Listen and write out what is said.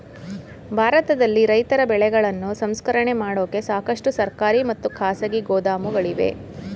ಭಾರತದಲ್ಲಿ ರೈತರ ಬೆಳೆಗಳನ್ನು ಸಂಸ್ಕರಣೆ ಮಾಡೋಕೆ ಸಾಕಷ್ಟು ಸರ್ಕಾರಿ ಮತ್ತು ಖಾಸಗಿ ಗೋದಾಮುಗಳಿವೆ